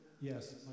Yes